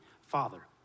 Father